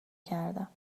کردم